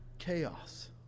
chaos